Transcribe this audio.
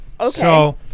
Okay